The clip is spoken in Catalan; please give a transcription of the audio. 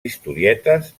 historietes